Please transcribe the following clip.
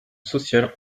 sociale